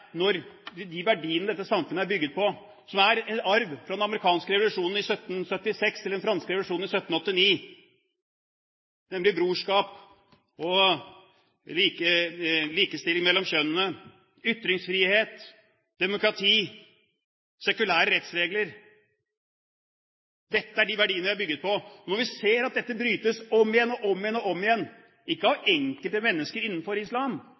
når vi ser at de verdiene dette samfunnet er bygget på, som er en arv fra den amerikanske revolusjonen i 1776 eller den franske revolusjonen i 1789, nemlig brorskap, likestilling mellom kjønnene, ytringsfrihet, demokrati, sekulære rettsregler, dette er de verdiene det er bygget på, brytes om igjen og om igjen – ikke av enkelte mennesker innenfor islam,